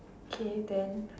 K then